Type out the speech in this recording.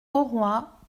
auroi